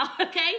Okay